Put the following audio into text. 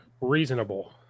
reasonable